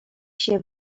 się